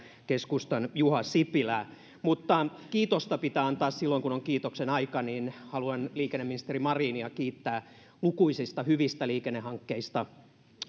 keskustan juha sipilää mutta kiitosta pitää antaa silloin kun on kiitoksen aika haluan liikenneministeri marinia kiittää lukuisista hyvistä liikennehankkeista